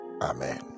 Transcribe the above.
Amen